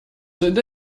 sind